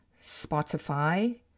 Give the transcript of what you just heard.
Spotify